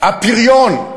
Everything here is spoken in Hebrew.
הפריון,